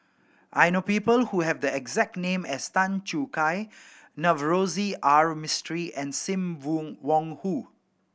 I know people who have the exact name as Tan Choo Kai Navroji R Mistri and Sim Wong Hoo